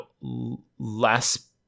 less